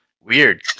weird